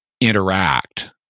interact